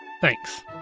Thanks